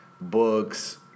books